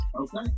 Okay